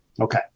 Okay